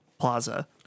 plaza